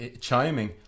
chiming